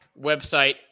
website